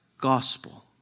gospel